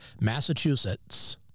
Massachusetts